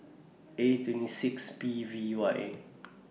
A twenty six P V Y